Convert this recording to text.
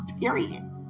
period